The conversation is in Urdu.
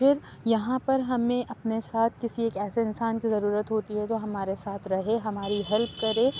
پھر یہاں پر ہمیں اپنے ساتھ کسی ایک ایسے انسان کی ضرورت ہوتی ہے جو ہمارے ساتھ رہے ہماری ہیلپ کرے